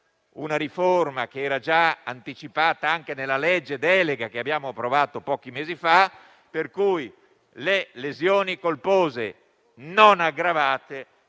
una riforma che era già anticipata anche nella legge delega che abbiamo approvato pochi mesi fa, per cui le lesioni colpose non aggravate